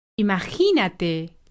Imagínate